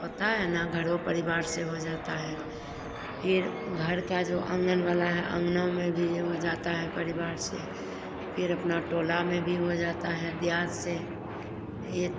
होता है न घरो परिवार से हो जाता है फिर घर का जो आँगन वाला है अंगनों में भी ये हो जाता है परिवार से फिर अपना टोला में भी हो जाता है दियात से एक